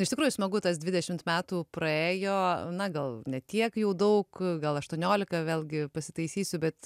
iš tikrųjų smagu tas dvidešimt metų praėjo na gal ne tiek jau daug gal aštuoniolika vėlgi pasitaisysiu bet